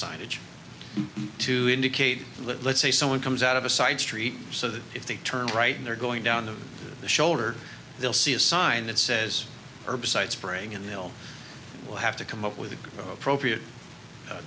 signage to indicate that let's say someone comes out of a side street so that if they turn right in they're going down to the shoulder they'll see a sign that says herbicide spraying and they'll have to come up with the appropriate